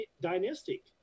dynastic